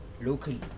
locally